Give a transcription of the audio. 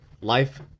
life